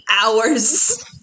hours